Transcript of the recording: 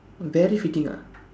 very fitting ah